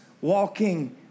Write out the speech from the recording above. walking